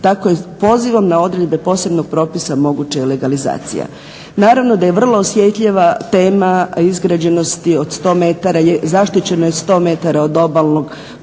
tako i pozivom na odredbe posebnog propisa moguća je legalizacija. Naravno da je vrlo osjetljiva tema izgrađenosti od 100 metara, zaštićeno je 100 metara od obalnog pojasa.